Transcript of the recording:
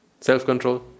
Self-control